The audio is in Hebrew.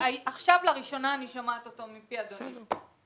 עכשיו לראשונה אני שומעת אותו מפי אדוני.